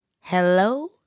Hello